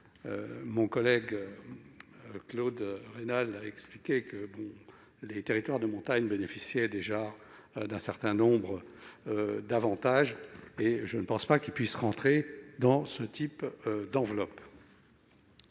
mon collègue Claude Raynal a expliqué que les territoires de montagne bénéficiaient déjà d'un certain nombre d'avantages. Ils n'ont donc pas vocation à bénéficier de ce type d'enveloppe.